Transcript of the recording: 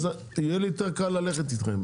אז יהיה לי יותר קל ללכת איתכם.